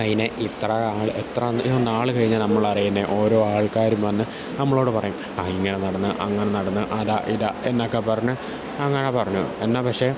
അതിനെ ഇത്ര നാള് എത്ര നാള് കഴിഞ്ഞാണ് നമ്മൾ അറിയുന്നേ ഓരോ ആൾക്കാരും വന്ന് നമ്മളോട് പറയും ആ ഇങ്ങനെ നടന്നു അങ്ങനെ നടന്നു അതാ ഇതാ എന്നൊക്കെ പറഞ്ഞ് അങ്ങനെ പറഞ്ഞു എന്നാല് പക്ഷെ